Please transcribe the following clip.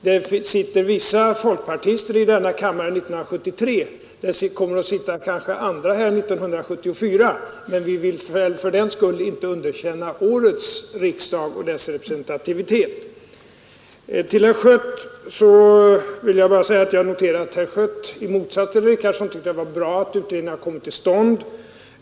Det sitter ju vissa folkpartister i denna kammare 1973. Det kommer kanske att vara andra här 1974, men vi vill fördenskull inte underkänna årets riksdag och dess representativitet. Jag har noterat att herr Schött i motsats till herr Richardson tyckte det var bra att utredningen kommit till stånd.